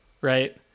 right